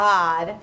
God